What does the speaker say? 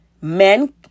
men